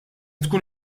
tkun